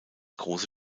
große